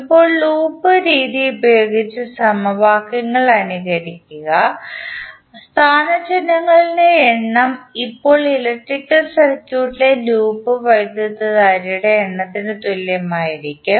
ഇപ്പോൾ ലൂപ്പ് രീതി ഉപയോഗിച്ച് സമവാക്യങ്ങൾ അനുകരിക്കുക സ്ഥാനചലനങ്ങളുടെ എണ്ണം ഇപ്പോൾ ഇലക്ട്രിക്കൽ സർക്യൂട്ടിലെ ലൂപ്പ് വൈദ്യുതധാരകളുടെ എണ്ണത്തിന് തുല്യമായിരിക്കും